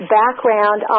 background